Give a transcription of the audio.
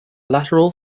lateral